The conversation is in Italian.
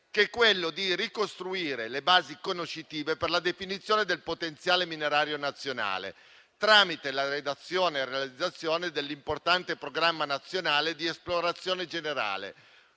che è quello di ricostruire le basi conoscitive per la definizione del potenziale minerario nazionale tramite la redazione e realizzazione dell'importante programma nazionale di esplorazione generale,